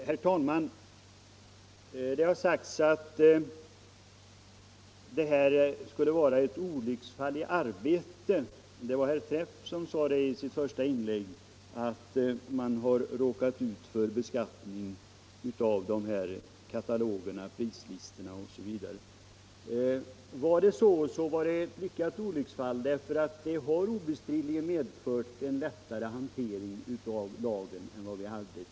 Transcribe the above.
Herr talman! Det har sagts att det här skulle vara ett olycksfall i arbetet. Det var herr Träff som i sitt första inlägg sade att den här beskattningen har drabbat kataloger, prislistor osv. I så fall var det ett lyckat olycksfall, för det har obestridligen medfört att lagen blivit lättare att tillämpa än den var tidigare.